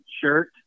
shirt